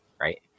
right